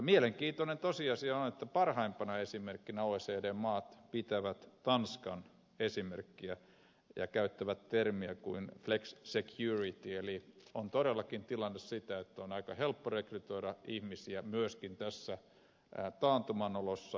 mielenkiintoinen tosiasia on että parhaimpana esimerkkinä oecd maat pitävät tanskan esimerkkiä ja käyttävät termiä flexecurity eli on todellakin tilanne se että on aika helppo rekrytoida ihmisiä myöskin tässä taantuman olossa